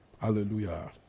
Hallelujah